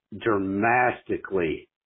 dramatically